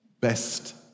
Best